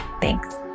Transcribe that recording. Thanks